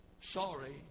Sorry